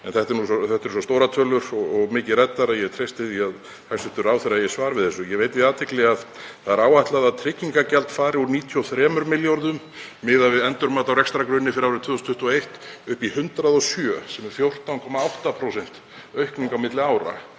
en þetta eru svo stórar tölur og mikið ræddar að ég treysti því að hæstv. ráðherra eigi svar við þessu. Ég veiti því athygli að það er áætlað að tryggingagjald fari úr 93 milljörðum miðað við endurmat á rekstrargrunni fyrir árið 2021 upp í 107 sem er 14,8% aukning á milli ára.